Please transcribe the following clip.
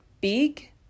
big